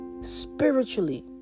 spiritually